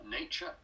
nature